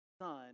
son